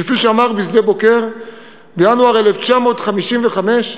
כפי שאמר בשדה-בוקר בינואר 1955: